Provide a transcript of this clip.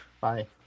Bye